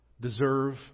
deserve